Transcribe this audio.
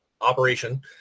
Operation